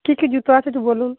কী কী জুতো আছে একটু বলুন